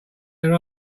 their